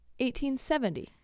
1870